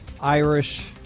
Irish